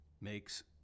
makes